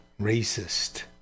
racist